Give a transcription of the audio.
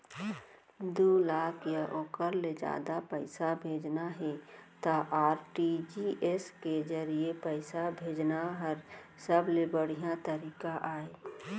दू लाख या ओकर ले जादा पइसा भेजना हे त आर.टी.जी.एस के जरिए पइसा भेजना हर सबले बड़िहा तरीका अय